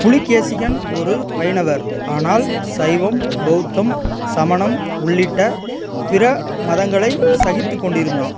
புலிகேசிகன் ஒரு வைணவர் ஆனால் சைவம் பௌத்தம் சமணம் உள்ளிட்ட பிற மதங்களை சகித்துக் கொண்டிருந்தான்